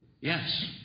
Yes